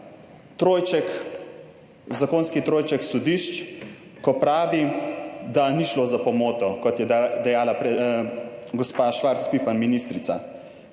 zakonski trojček sodišč, ko pravi, da ni šlo za pomoto, kot je dejala gospa Švarc Pipan, ministrica.